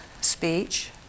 speech